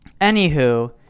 anywho